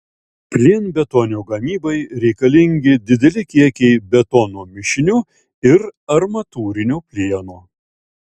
plienbetonio gamybai reikalingi dideli kiekiai betono mišinio ir armatūrinio plieno